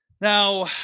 now